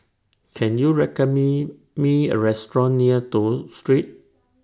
Can YOU recommend Me A Restaurant near Toh Street